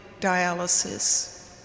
dialysis